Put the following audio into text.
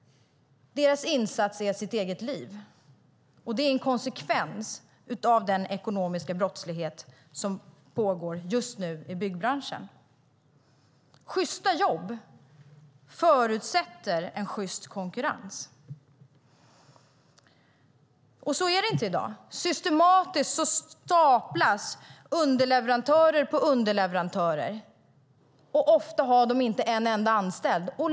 Deras insats är deras eget liv, och det är en konsekvens av den ekonomiska brottslighet som pågår just nu i byggbranschen. Sjysta jobb förutsätter en sjyst konkurrens. Så är det inte i dag. Systematiskt staplas underleverantörer på underleverantörer, och ofta har de inte en enda anställd.